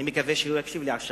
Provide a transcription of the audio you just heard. אני מקווה שהוא יקשיב לי עכשיו